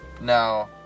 Now